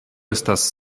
estas